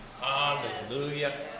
Hallelujah